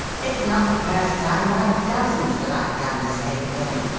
it's not the first time by dozens that i've done the same thing.